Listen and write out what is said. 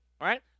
right